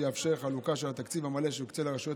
שיאפשר חלוקה של התקציב המלא שהוקצה לרשויות